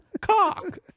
Cock